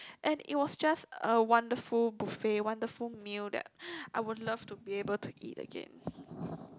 and it was just a wonderful buffet wonderful meal that I would love to be able to eat again